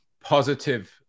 positive